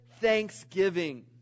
thanksgiving